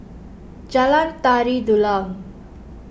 Jalan Tari Dulang